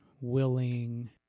willing